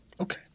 Okay